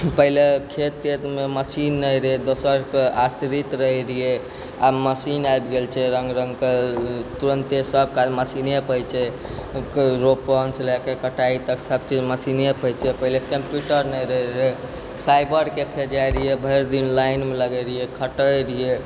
पहिले खेत तेतमे मशीन नहि रहै दोसरके आश्रित रहै रहिए आब मशीन आबि गेल छै रङ्गरङ्गके त्तुरन्ते सबकाज मशीनेपर होइ छै रोपनसँ लऽ कऽ कटाइ तक सबचीज मशीनेपर होइछे पहिले कम्प्यूटर नहि रहै साइबर कैफे जाइ रहिए भरि दिन लाइनमे लगै रहिए खटै रहिए